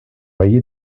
rayé